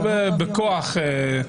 לא בכוח.